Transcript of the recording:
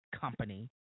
company